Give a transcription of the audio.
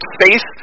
face